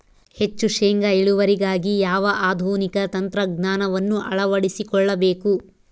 ಹೆಚ್ಚು ಶೇಂಗಾ ಇಳುವರಿಗಾಗಿ ಯಾವ ಆಧುನಿಕ ತಂತ್ರಜ್ಞಾನವನ್ನು ಅಳವಡಿಸಿಕೊಳ್ಳಬೇಕು?